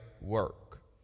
work